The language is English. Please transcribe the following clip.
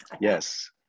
Yes